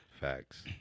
Facts